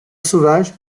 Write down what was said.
sauvage